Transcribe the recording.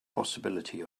possibility